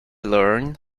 learn